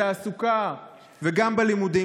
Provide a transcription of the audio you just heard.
בתעסוקה וגם בלימודים.